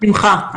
בשמחה.